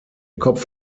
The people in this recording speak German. kopf